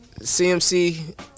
CMC